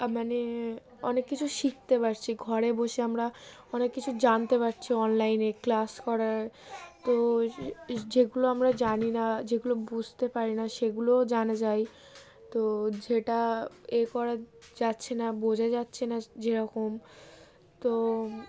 মানে অনেক কিছু শিখতে পারছি ঘরে বসে আমরা অনেক কিছু জানতে পারছি অনলাইনে ক্লাস করার তো যেগুলো আমরা জানি না যেগুলো বুঝতে পারি না সেগুলোও জানা যায় তো যেটা এ করা যাচ্ছে না বোঝা যাচ্ছে না যেরকম তো